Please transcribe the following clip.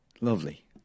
lovely